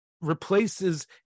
replaces